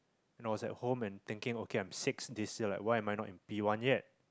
you know I was at home and thinking okay I am six this year why I am not in P one yet